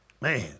Man